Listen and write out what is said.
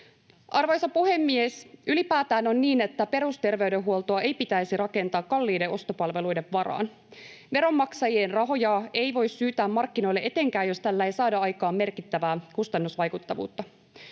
Arvoisa puhemies! Ylipäätään on niin, että perusterveydenhuoltoa ei pitäisi rakentaa kalliiden ostopalveluiden varaan. Veronmaksajien rahoja ei voi syytää markkinoille etenkään, jos tällä ei saada aikaan merkittävää kustannusvaikuttavuutta.